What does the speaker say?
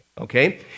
Okay